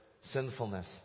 sinfulness